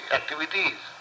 activities